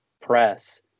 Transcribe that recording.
press